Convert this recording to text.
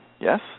yes